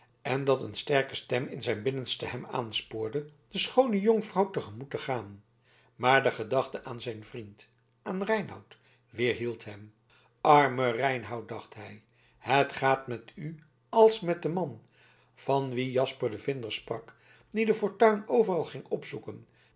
en dat een sterke stem in zijn binnenste hem aanspoorde de schoone jonkvrouw tegemoet te gaan maar de gedachte aan zijn vriend aan reinout weerhield hem arme reinout dacht hij het gaat met u als met den man van wien jasper de vinder sprak die de fortuin overal ging opzoeken